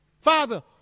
father